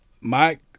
Mike